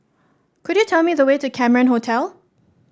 could you tell me the way to Cameron Hotel